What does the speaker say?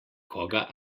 koga